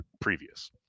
previous